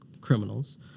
criminals